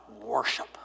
worship